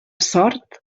sort